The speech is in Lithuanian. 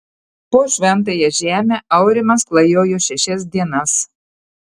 po šventąją žemę aurimas klajojo šešias dienas